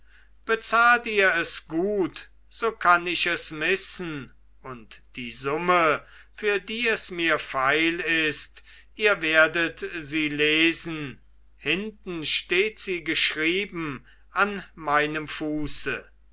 bezahlt ihr es gut so kann ich es missen und die summe für die es mir feil ist ihr werdet sie lesen hinten steht sie geschrieben an meinem fuße